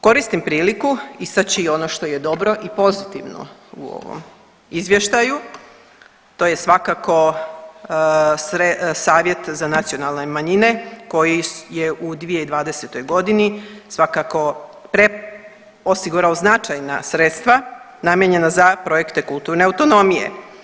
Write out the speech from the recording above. Koristim priliku istaći i ono što je dobro i pozitivno u ovom izvještaju, to je svakako Savjet za nacionalne manjine koji je u 2020.g. svakako osigurao značajna sredstva namijenjena za projekte kulturne autonomije.